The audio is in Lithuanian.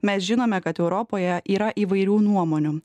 mes žinome kad europoje yra įvairių nuomonių